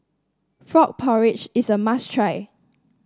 Frog Porridge is a must try